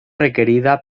requerida